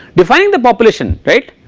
define the population right